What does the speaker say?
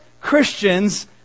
Christians